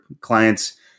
clients